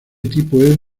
tipo